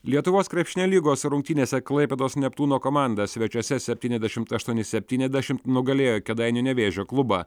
lietuvos krepšinio lygos rungtynėse klaipėdos neptūno komanda svečiuose septyniasdešimt aštuoni septyniasdešimt nugalėjo kėdainių nevėžio klubą